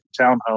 townhome